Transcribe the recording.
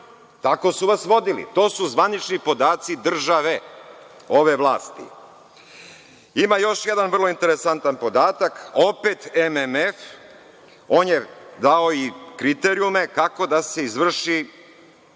Tako su vas vodili. To su zvanični podaci države, ove vlasti. Ima još jedan vrlo interesantan podatak. Opet MMF. On je dao i kriterijume kako da se izvrši